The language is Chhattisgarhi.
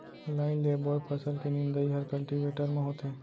लाइन ले बोए फसल के निंदई हर कल्टीवेटर म होथे